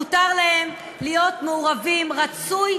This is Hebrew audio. מותר להם להיות מעורבים, רצוי.